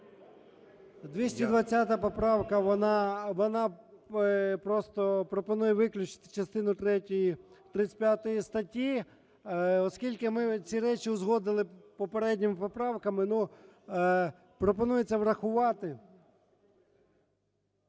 220 поправка, вона просто пропонує виключити частину третю 35 статті, оскільки ми ці речі узгодили попередніми поправками. Ну, пропонується врахувати.